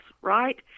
right